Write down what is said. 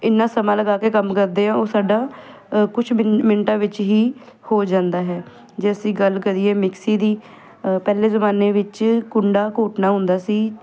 ਇੰਨਾ ਸਮਾਂ ਲਗਾ ਕੇ ਕੰਮ ਕਰਦੇ ਹਾਂ ਉਹ ਸਾਡਾ ਕੁਛ ਮਿੰਟਾਂ ਵਿੱਚ ਹੀ ਹੋ ਜਾਂਦਾ ਹੈ ਜੇ ਅਸੀਂ ਗੱਲ ਕਰੀਏ ਮਿਕਸੀ ਦੀ ਅ ਪਹਿਲੇ ਜ਼ਮਾਨੇ ਵਿੱਚ ਕੁੰਡਾ ਘੋਟਨਾ ਹੁੰਦਾ ਸੀ